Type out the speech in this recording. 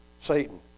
Satan